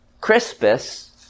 Crispus